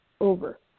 over